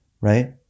right